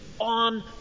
on